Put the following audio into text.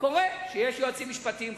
קורה שיש יועצים משפטיים חכמים.